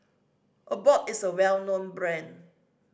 Abbott is a well known brand